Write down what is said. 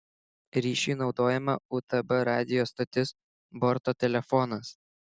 ryšiui naudojama utb radijo stotis borto telefonas